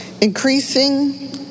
Increasing